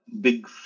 big